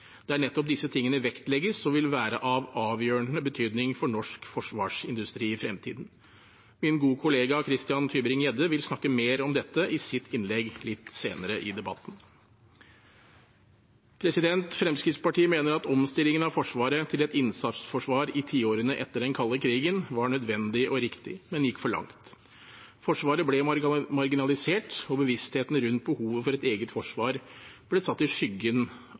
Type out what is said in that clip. der nettopp disse tingene vektlegges og vil være av avgjørende betydning for norsk forsvarsindustri i fremtiden. Min gode kollega Christian Tybring-Gjedde vil snakke mer om dette i sitt innlegg litt senere i debatten. Fremskrittspartiet mener at omstillingen av Forsvaret til et innsatsforsvar i tiårene etter den kalde krigen var nødvendig og riktig, men gikk for langt. Forsvaret ble marginalisert, og bevisstheten rundt behovet for et eget forsvar ble satt i skyggen